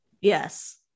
Yes